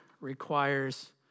requires